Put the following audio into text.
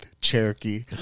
Cherokee